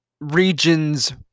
regions